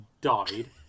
died